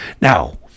Now